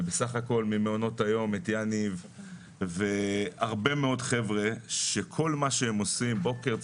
וממעונות היום את יניב והרבה מאוד חבר'ה שכל מה שהם עושים בוקר,